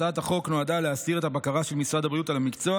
הצעת החוק נועדה להסדיר את הבקרה של משרד הבריאות על המקצוע